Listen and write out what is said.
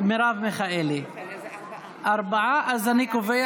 מרב מיכאלי, ארבעה, אז אני קובע